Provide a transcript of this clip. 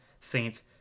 Saints